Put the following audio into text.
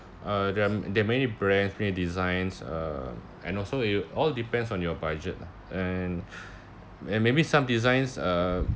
uh there are there are many brands many designs uh and also you all depends on your budget lah and and maybe some designs are